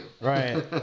Right